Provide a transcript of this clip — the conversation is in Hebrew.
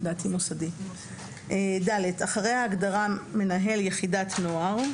ניהולית,"; (ד)אחרי ההגדרה "מנהל יחידת הנוער"